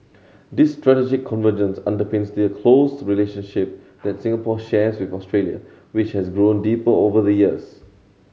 this strategic convergence underpins the close relationship that Singapore shares with Australia which has grown deeper over the years